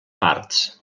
parts